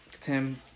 Tim